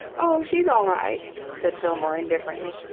oh, she's all right, said fillmore indifferently.